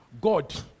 God